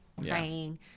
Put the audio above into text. praying